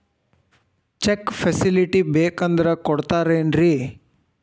Check facility ಬೇಕಂದ್ರ ಕೊಡ್ತಾರೇನ್ರಿ?